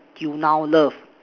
you now love